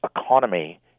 economy